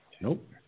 Nope